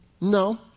No